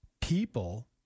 people